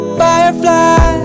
firefly